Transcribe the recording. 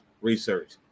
research